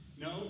No